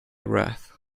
wrath